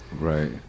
right